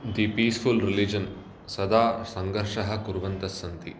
दी peaceful religion सदा सङ्घर्षः कुर्वन्तः सन्ति